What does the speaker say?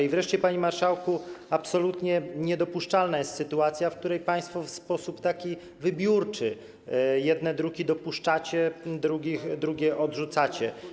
I wreszcie, panie marszałku, absolutnie niedopuszczalna jest sytuacja, w której państwo w sposób wybiórczy jedne druki dopuszczacie, a drugie odrzucacie.